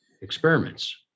experiments